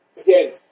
again